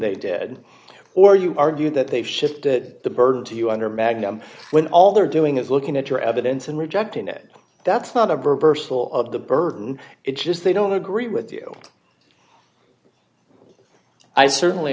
they did or you argue that they've shifted the burden to you under magnum when all they're doing is looking at your evidence and rejecting it that's not a personal of the burden it's just they don't agree with you i certainly